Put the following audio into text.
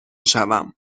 شوم